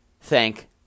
thank